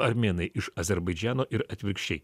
armėnai iš azerbaidžano ir atvirkščiai